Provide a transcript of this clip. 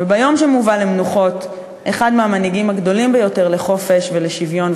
ביום שבו מובא למנוחות אחד המנהיגים הגדולים ביותר לחופש ולשוויון,